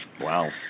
Wow